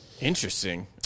Interesting